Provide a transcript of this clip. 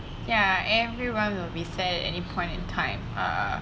ya everyone will be sad at any point in time uh